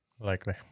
Likely